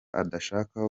adashaka